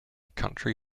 country